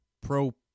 pro